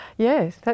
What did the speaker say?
Yes